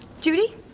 Judy